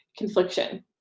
confliction